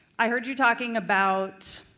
i heard you talking about